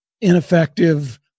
ineffective